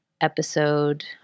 episode